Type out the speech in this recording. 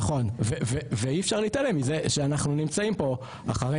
נכון, ואי אפשר להתעלם מזה שאנחנו נמצאים פה אחרי